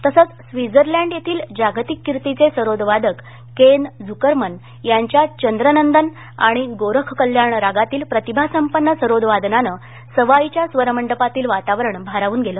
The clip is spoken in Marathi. तसंच स्वित्झर्लंड येथील जागतिक कीर्तीचे सरोदवादक केन झ्रकरमन यांच्या चंद्रनंदन आणि गोरखकल्याण रागातील प्रतिभासंपन्न सरोदवादनाने सवाईच्या स्वरमंडपातील वातावरण भारावून गेल